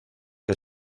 que